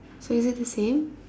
so is it the same